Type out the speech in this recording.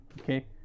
okay